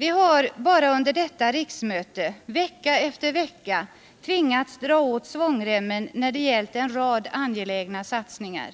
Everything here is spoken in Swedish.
Vi har bara under detta riksmöte vecka efter vecka tvingats dra åt svångremmen när det gällt en rad angelägna satsningar.